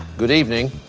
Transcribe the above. good evening.